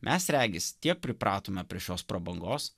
mes regis tiek pripratome prie šios prabangos